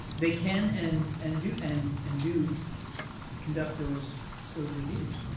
they can and and do and and do conduct those those reviews.